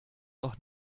noch